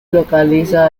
localiza